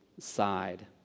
Side